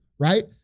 right